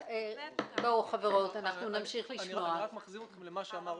אני מחזיר אתכם למה שאמר עובד,